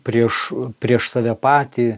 prieš prieš save patį